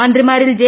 മന്ത്രിമാരിൽ J